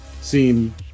seem